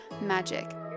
magic